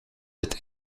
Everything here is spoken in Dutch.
het